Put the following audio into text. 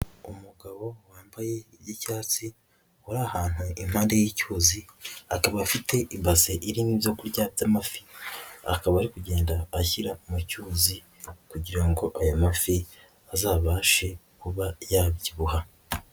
Umugabo wambaye iy'icyatsi uri ahantu impande y'icyuzi, akaba afite ibase irimo ibyo kurya by'amafi, akaba ari kugenda ashyira mu cyuzi kugira ngo ayo mafi azabashe kuba yabyibuha.